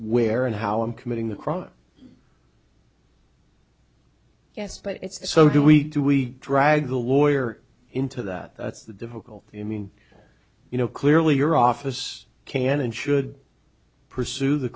where and how i'm committing the crime yes but it's so do we do we drag a lawyer into that that's the difficult to mean you know clearly your office can and should pursue the